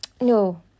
No